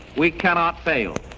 we cannot fail